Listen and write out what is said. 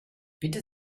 bitte